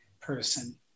person